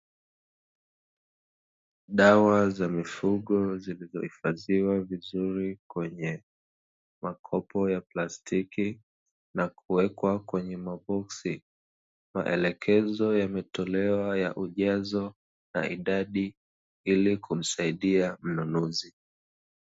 Dawa za mifugo zilizohifadhiwa vizuri kwenye makopo ya plastiki na kuwekwa kwenye maboksi, maelekezo yametolewa ya ujazo na idadi ili kumsaidia mnunuzi.